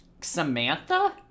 samantha